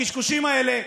הקשקושים האלה,